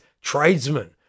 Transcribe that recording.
tradesmen